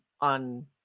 on